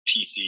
PC